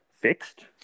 fixed